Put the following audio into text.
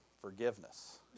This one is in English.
forgiveness